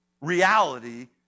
reality